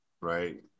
right